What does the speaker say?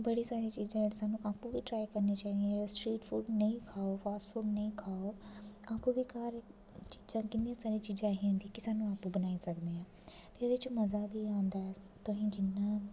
बड़ी सारी चीज़ां जेह्ड़ी सानूं आपूं बी ट्राई करनी चाहिदियां स्ट्रीट फ़ूड नेईं खाओ फॉस्ट फूड नेईं खाओ आपूं बी घर चीजां कि'न्नियां सारियां चीज़ां ऐसियां होंदियां की जेह्ड़ी सानूं आपूं बनाई सकने आं ते एह्दे च मज़ा बी आंदा ऐ तोहे जि'यां